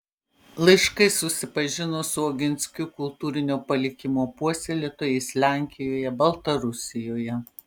laiškais susipažino su oginskių kultūrinio palikimo puoselėtojais lenkijoje baltarusijoje